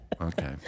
Okay